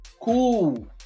cool